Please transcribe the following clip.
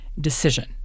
decision